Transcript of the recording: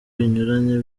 binyuranye